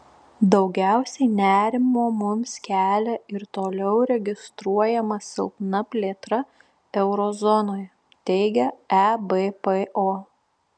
daugiausiai nerimo mums kelia ir toliau registruojama silpna plėtra euro zonoje teigia ebpo